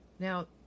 Now